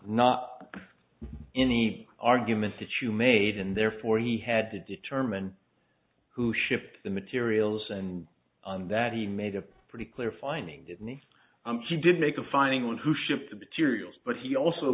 not any argument that you made and therefore he had to determine who shipped the materials and on that he made a pretty clear finding me he did make a finding on who shipped the materials but he also